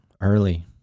early